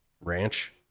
Ranch